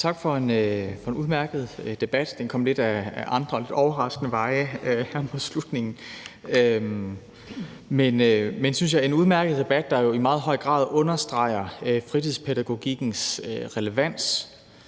Tak for en udmærket debat. Den kom lidt ad andre og lidt overraskende veje frem mod slutningen. Men jeg synes, det har været en udmærket debat, der jo i meget høj grad understreger fritidspædagogikkens relevans.